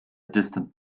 distant